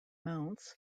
mounts